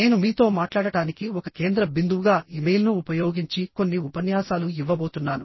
నేను మీతో మాట్లాడటానికి ఒక కేంద్ర బిందువుగా ఇమెయిల్ను ఉపయోగించి కొన్ని ఉపన్యాసాలు ఇవ్వబోతున్నాను